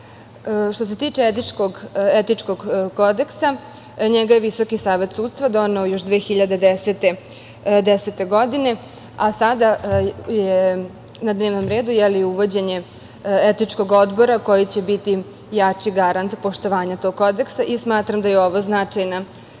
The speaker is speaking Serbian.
se tiče Etičkog kodeksa, njega je Visoki savet sudstva doneo još 2010. godine, a sada je na dnevnom redu uvođenje Etičkog odbora, koji će biti jači garant poštovanja tog kodeksa i smatram da je ovo značajna